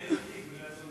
אין לו תיק.